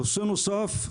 נושא נוסף,